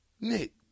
Nick